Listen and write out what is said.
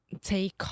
take